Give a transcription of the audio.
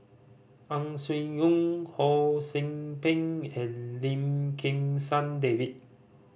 Ang Swee Aun Ho See Beng and Lim Kim San David